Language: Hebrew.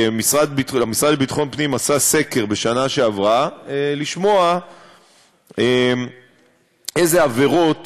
שהמשרד לביטחון הפנים עשה סקר בשנה שעברה כדי לשמוע אילו עבירות